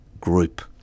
group